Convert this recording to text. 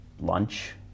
lunch